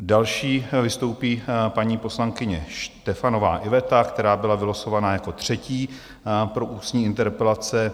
Další vystoupí paní poslankyně Štefanová Iveta, která byla vylosována jako třetí pro ústní interpelace.